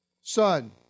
Son